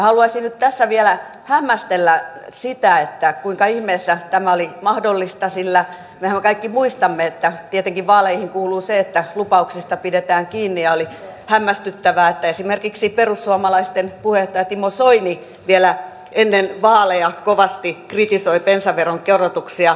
haluaisin nyt tässä vielä hämmästellä sitä että kuinka ihmeessä tämä oli mahdollista sillä mehän kaikki muistamme että tietenkin vaaleihin kuuluu se että lupauksista pidetään kiinni ja oli hämmästyttävää että esimerkiksi perussuomalaisten puheenjohtaja timo soini vielä ennen vaaleja kovasti kritisoi bensaveron korotuksia